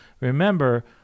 remember